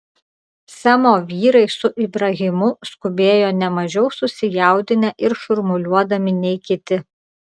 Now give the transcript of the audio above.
semo vyrai su ibrahimu skubėjo ne mažiau susijaudinę ir šurmuliuodami nei kiti